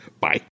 Bye